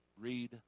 read